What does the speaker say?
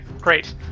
great